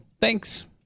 thanks